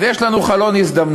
אז יש לנו חלון הזדמנויות,